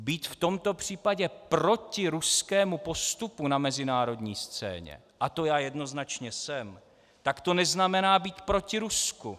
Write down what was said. Být v tomto případě proti ruskému postupu na mezinárodní scéně, a to já jednoznačně jsem, to neznamená být proti Rusku.